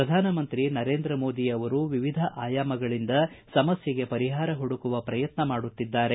ಪ್ರಧಾನಮಂತ್ರಿ ನರೇಂದ್ರ ಮೋದಿ ಅವರು ವಿವಿಧ ಆಯಾಮಗಳಿಂದ ಸಮಸ್ಥೆಗೆ ಪರಿಹಾರ ಹುಡುಕುವ ಪ್ರಯತ್ನ ಮಾಡುತ್ತಿದ್ದಾರೆ